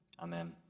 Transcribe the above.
Amen